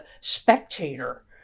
spectator